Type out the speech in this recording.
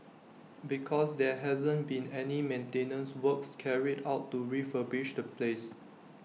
because there hasn't been any maintenance works carried out to refurbish the place